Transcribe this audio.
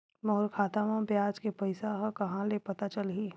मोर खाता म ब्याज के पईसा ह कहां ले पता चलही?